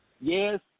yes